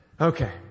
Okay